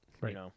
Right